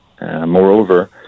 Moreover